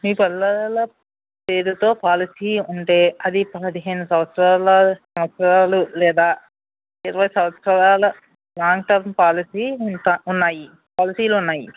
మీ పిల్లల పేర్లతో పాలసీ ఉంటే అది పదిహేను సంవత్సరా సంవత్సరాలు లేదా ఇరవై సంవత్సరాల నాన్ స్టాప్ పాలసీ ఇంకా ఉన్నాయి పాలసీలు ఉన్నాయి